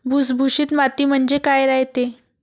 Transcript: भुसभुशीत माती म्हणजे काय रायते?